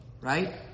Right